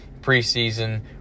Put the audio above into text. preseason